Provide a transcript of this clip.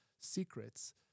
secrets